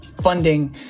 funding